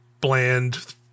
bland